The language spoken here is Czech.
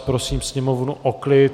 Prosím sněmovnu o klid.